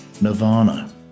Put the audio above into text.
Nirvana